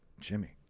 Jimmy